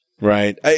Right